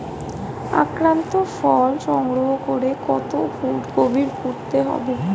আক্রান্ত ফল সংগ্রহ করে কত ফুট গভীরে পুঁততে হবে?